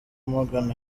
morgan